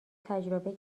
تجربه